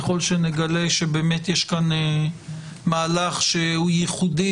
ככל שנגלה שבאמת יש כאן מהלך שהוא ייחודי